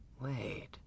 Wait